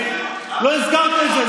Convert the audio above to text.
לא הזכרת את זה.